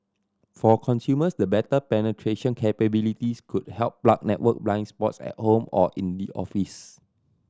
for consumers the better penetration capabilities could help plug network blind spots at home or in the office